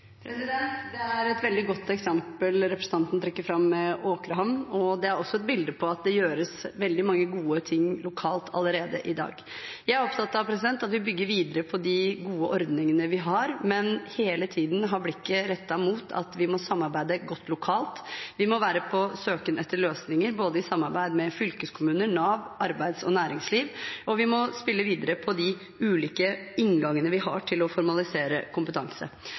Det er et veldig godt eksempel representanten trekker fram med Åkrehamn, og det er også et bilde på at det gjøres veldig mange gode ting lokalt allerede i dag. Jeg er opptatt av at vi bygger videre på de gode ordningene vi har, men hele tiden har blikket rettet mot at vi må samarbeide godt lokalt. Vi må være på søken etter løsninger i samarbeid med både fylkeskommuner, Nav, arbeids- og næringsliv, og vi må spille videre på de ulike inngangene vi har til å formalisere kompetanse.